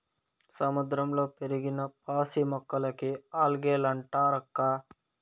సముద్రంలో పెరిగిన పాసి మొక్కలకే ఆల్గే లంటారక్కా